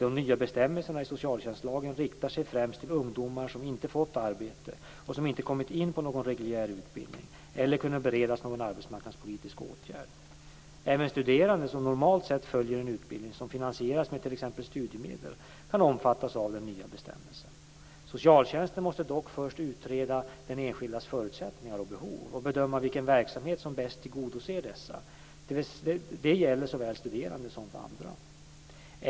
Den nya bestämmelsen i socialtjänstlagen riktar sig främst till ungdomar som inte fått arbete och som inte kommit in på någon reguljär utbildning eller kunnat beredas någon arbetsmarknadspolitisk åtgärd. Även studerande som normalt sett följer en utbildning som finansieras med t.ex. studiemedel kan omfattas av den nya bestämmelsen. Socialtjänsten måste dock först utreda den enskildes förutsättningar och behov och bedöma vilken verksamhet som bäst tillgodoser dessa, det gäller såväl studerande som andra.